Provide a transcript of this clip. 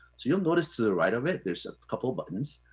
so you'll notice to the right of it, there's a couple buttons,